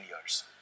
years